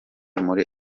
muri